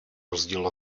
rozdíl